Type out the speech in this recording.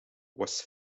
was